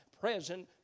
present